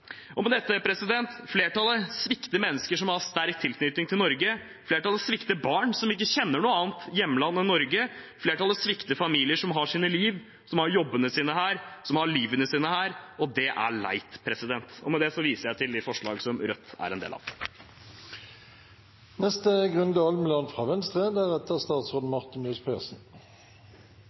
Med dette svikter flertallet mennesker som har sterk tilknytning til Norge. Flertallet svikter barn som ikke kjenner noe annet hjemland enn Norge. Flertallet svikter familier som har livet sitt her, og som har jobben sin her, og det er leit. Med det viser jeg til de forslagene Rødt er en del av.